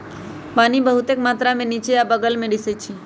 पानी बहुतेक मात्रा में निच्चे आ बगल में रिसअई छई